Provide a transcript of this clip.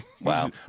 Wow